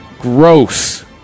gross